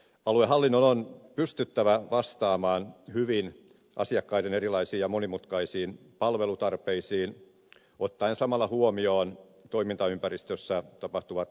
aluehallinnon on pystyttävä vastaamaan hyvin asiakkaiden erilaisiin ja monimutkaisiin palvelutarpeisiin ottaen samalla huomioon toimintaympäristössä tapahtuvat muutokset